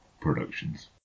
Productions